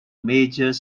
major